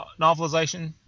novelization